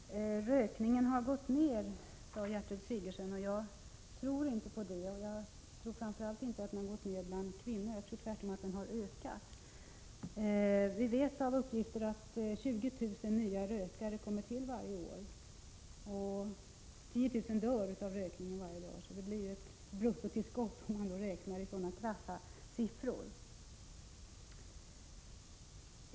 Herr talman! Rökningen har minskat, sade Gertrud Sigurdsen, men jag tror inte det. Jag tror framför allt inte att den har minskat bland kvinnor utan tvärtom att den har ökat. Enligt uppgift börjar 20 000 människor att röka varje år samtidigt som 10 000 dör av rökning — det blir alltså ett bruttotillskott, om man räknar krasst.